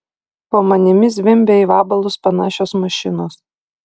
po manimi zvimbia į vabalus panašios mašinos